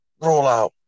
rollout